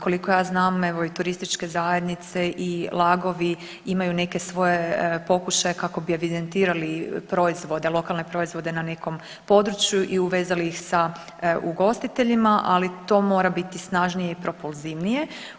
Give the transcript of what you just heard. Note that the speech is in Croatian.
Koliko ja znam, evo i turističke zajednice i LAG-ovi imaju neke svoje pokušaje kako bi evidentirali proizvode, lokalne proizvode na nekom području i uvezali ih sa ugostiteljima, ali to mora biti snažnije i propolzivnije.